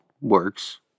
works